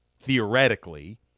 theoretically